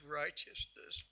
righteousness